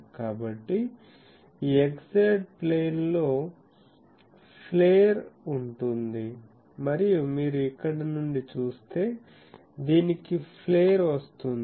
కాబట్టి ఈ x z ప్లేన్లో ఫ్లేర్ ఉంటుంది మరియు మీరు ఇక్కడ నుండి చూస్తే దీనికి ఫ్లేర్ వస్తుంది